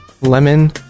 lemon